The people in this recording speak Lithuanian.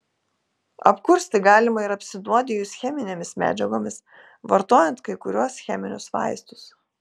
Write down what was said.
apkursti galima ir apsinuodijus cheminėmis medžiagomis vartojant kai kuriuos cheminius vaistus